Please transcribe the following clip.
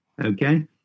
Okay